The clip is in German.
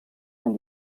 man